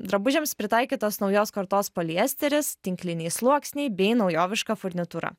drabužiams pritaikytas naujos kartos poliesteris tinkliniai sluoksniai bei naujoviška furnitūra